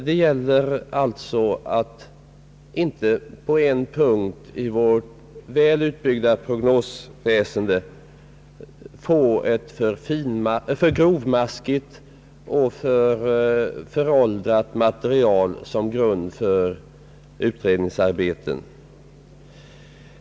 Det gäller alltså att på en punkt i vårt väl utbyggda prognosväsen inte få ett för grovmaskigt och föråldrat material som grund för utredningsarbete.